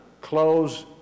close